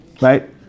right